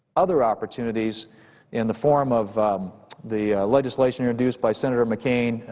other opportunities in the form of the legislation introduced by senator mccain,